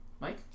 Mike